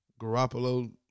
Garoppolo